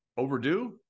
overdue